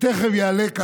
ותכף יעלה כאן,